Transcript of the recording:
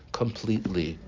completely